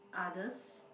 others